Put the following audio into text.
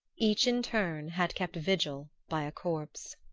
each in turn had kept vigil by a corpse.